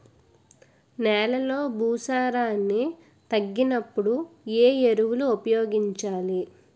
నెలలో భూసారాన్ని తగ్గినప్పుడు, ఏ ఎరువులు ఉపయోగించాలి?